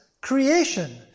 creation